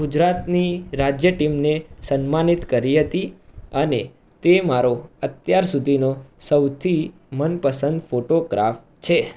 ગુજરાતની રાજ્ય ટીમને સન્માનિત કરી હતી અને તે મારો અત્યાર સુધીનો સૌથી મનપસંદ ફોટોગ્રાફ છે